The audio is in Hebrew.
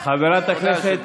יש חיילים משוחררים